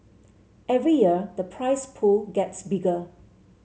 every year the prize pool gets bigger